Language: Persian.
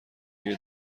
دیگه